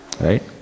Right